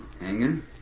Hanging